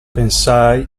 pensai